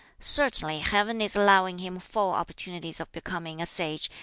certainly heaven is allowing him full opportunities of becoming a sage,